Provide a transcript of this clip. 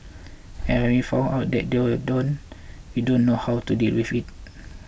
and when we found out they don't we don't know how to deal with it